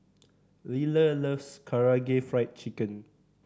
Liller loves Karaage Fried Chicken